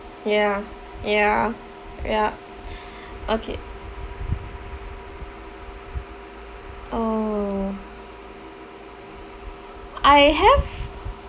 ya ya yup okay oh I have